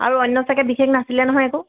আৰু অন্য চাগৈ বিশেষ নাছিলে নহয় একো